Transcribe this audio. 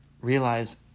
realize